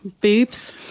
boobs